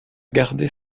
gardé